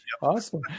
awesome